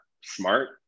smart